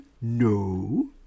No